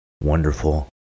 wonderful